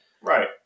Right